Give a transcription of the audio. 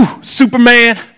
Superman